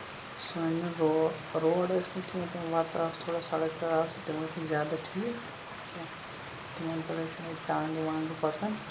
سٲنین رو روڈ ٲسۍ نہٕ کیٚنہہ تِم وَتہٕ ٲسہٕ تھوڑا سَڑک زَن آسہٕ تِم ٲسۍ نہٕ زیادٕ ٹھیٖک کیٚنہہ تِمن پٮ۪ٹھ ٲسۍ یِمے ٹانگہٕ وانگہٕ پَکان